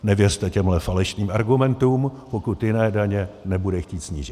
Nevěřte těmhle falešným argumentům, pokud jiné daně nebude chtít snížit.